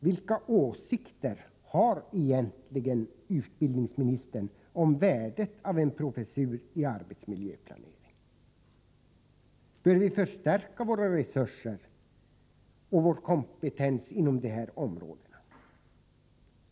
Vilka åsikter har egentligen utbildningsministern om värdet av en professur i arbetsmiljöplanering? Bör vi förstärka våra resurser och vår kompetens inom de här områdena?